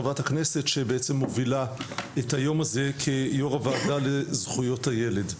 חברת הכנסת שבעצם מובילה את היום הזה כיו"ר הוועדה לזכויות הילד.